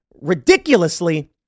ridiculously